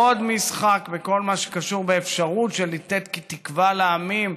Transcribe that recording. עוד משחק בכל מה שקשור באפשרות של לתת תקווה לעמים,